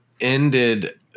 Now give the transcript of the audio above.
ended